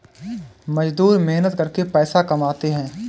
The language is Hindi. मजदूर मेहनत करके पैसा कमाते है